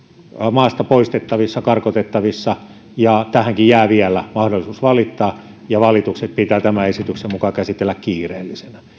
maasta poistettavissa karkotettavissa ja tähänkin jää vielä mahdollisuus valittaa ja valitukset pitää tämän esityksen mukaan käsitellä kiireellisinä